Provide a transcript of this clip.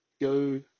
Go